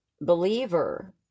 believer